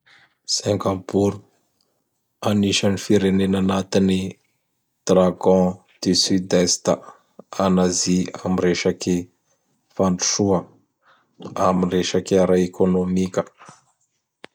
Singapour! Anisan'ny firenena anatin'ny Dragon du Sud-Est an'Asie am resaky fandrosoa, am resaky ara-ekônômika.